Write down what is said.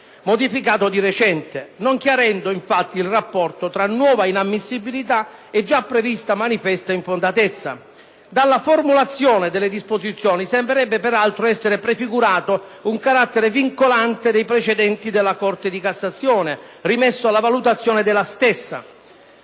modificato di recente, non chiarendo infatti il rapporto tra nuova «inammissibilita» e gia prevista manifesta infondatezza. Dalla formulazione della disposizione sembrerebbe peraltro essere prefigurato un carattere vincolante dei precedenti della Corte di cassazione rimesso alla valutazione della stessa.